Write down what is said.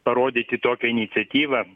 parodyti tokią iniciatyvą